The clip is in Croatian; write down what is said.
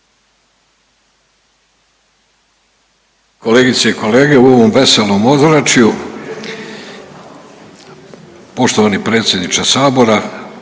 Kolegice i kolege u ovom veselom ozračju, poštovani predsjedniče sabora